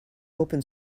open